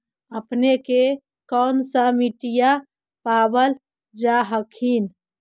अपने के कौन सा मिट्टीया पाबल जा हखिन?